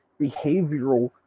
behavioral